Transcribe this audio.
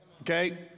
Okay